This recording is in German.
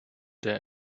der